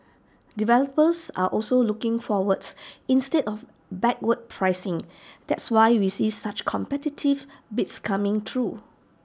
developers are also looking forwards instead of backward pricing that's why we see such competitive bids coming through